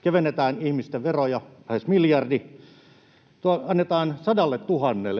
kevennetään ihmisten veroja lähes miljardi, annetaan